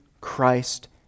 Christ